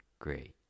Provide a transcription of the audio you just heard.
great